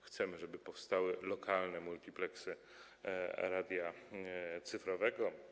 Chcemy, żeby tam powstały lokalne multipleksy radia cyfrowego.